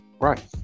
Right